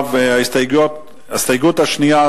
ההסתייגות השנייה,